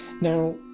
now